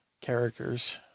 characters